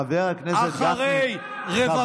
אחרי רבבות,